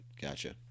Gotcha